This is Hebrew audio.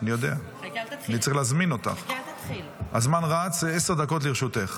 לצורך הכנתה לקריאה השנייה והשלישית.